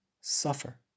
suffer